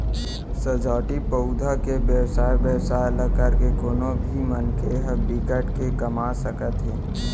सजावटी पउधा के बेवसाय बेवसाय ल करके कोनो भी मनखे ह बिकट के कमा सकत हे